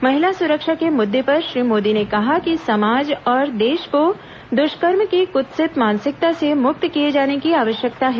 महिला सुरक्षा के मुद्दे पर श्री मोदी र्ने कहा कि समाज और देश को दुष्कर्म की कुत्सित मानसिकता से मुक्त किए जाने की आवश्यकता है